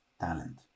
talent